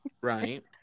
Right